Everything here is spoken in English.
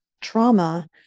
trauma